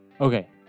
Okay